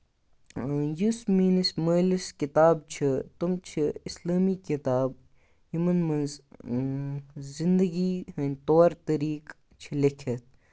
یُس میٛٲنِس مٲلِس کِتاب چھِ تِم چھِ اِسلٲمی کِتاب یِمَن منٛز زِنٛدگی ہٕنٛدۍ طور طٔریٖق چھِ لیکھِتھ